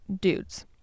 dudes